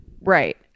Right